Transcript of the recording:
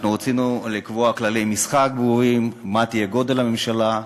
לקבוע כללי משחק ברורים: מה יהיה גודל הממשלה,